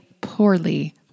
poorly